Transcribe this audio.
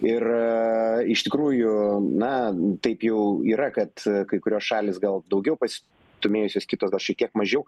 ir iš tikrųjų na taip jau yra kad kai kurios šalys gal daugiau pasistūmėjusios kitos gal šiek tiek mažiau